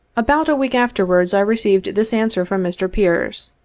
about a week afterwards i received this answer from mr. pearce